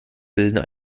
bilden